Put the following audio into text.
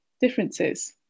differences